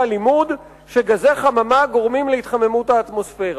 הלימוד שגזי חממה גורמים להתחממות האטמוספירה.